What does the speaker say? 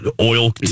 oil